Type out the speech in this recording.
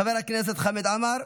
חבר הכנסת חמד עמאר,